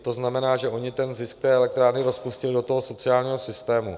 To znamená, že oni zisk té elektrárny rozpustili do toho sociálního systému.